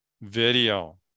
video